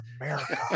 America